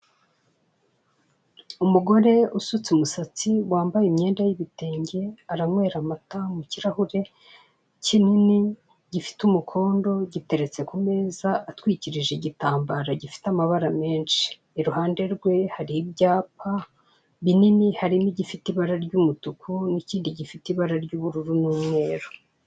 Umugore usutse umusatsi, wambaye imyenda y'ibitenge, aranywera amata mu kirahire kinini gifite umukondo, giteretse ku meza atwikirije igitambaro gifite amabara menshi. Iruhande rwe hari ibyapa binini, birimo igifite ibara ry'umutuku, n'ikindi gifite ibara ry'ubururu n'umweru.